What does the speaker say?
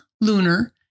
lunar